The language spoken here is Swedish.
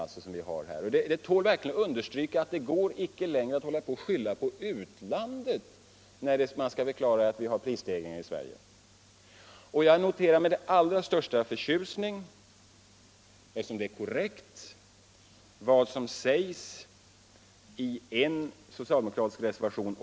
Det tål verkligen att understrykas att det inte längre går att skylla prisstegringarna i Sverige på utlandet. Jag noterar med den allra största tillfredsställelse — eftersom det är korrekt — vad som sägs i en socialdemokratisk reservation.